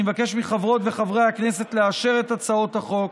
אני מבקש מחברות וחברי הכנסת לאשר את הצעת החוק